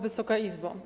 Wysoka Izbo!